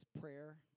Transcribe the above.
prayer